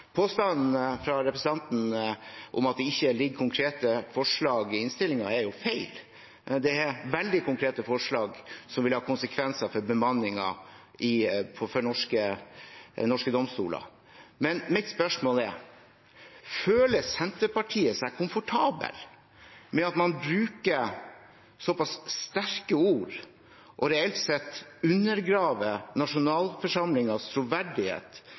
Påstanden fra representanten Klinge om at det ikke foreligger konkrete forslag i innstillingen, er jo feil. Det er veldig konkrete forslag som vil ha konsekvenser for bemanningen i norske domstoler. Mitt spørsmål er: Føler Senterpartiet seg komfortabel med at man bruker såpass sterke ord og reelt sett undergraver nasjonalforsamlingens troverdighet